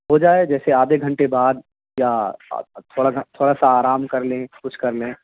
ہو جائے جیسے آدھے گھنٹے بعد یا تھوڑا تھوڑا سا آرام کر لیں کچھ کر لیں